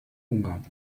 ungarn